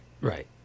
right